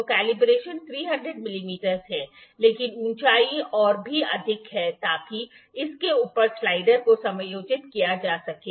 तो कैलिब्रेशन 300 मिमी है लेकिन ऊंचाई और भी अधिक है ताकि इसके ऊपर स्लाइडर को समायोजित किया जा सके